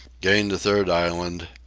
gained a third island,